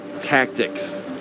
tactics